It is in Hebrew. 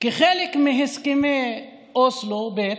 כחלק מהסכמי אוסלו ב'